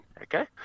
okay